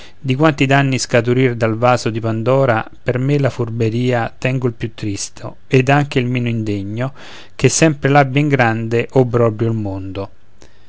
di quanti danni scaturir dal vaso di pandora per me la furberia tengo il più tristo ed anche il meno indegno che sempre l'abbia in grande obbrobrio il mondo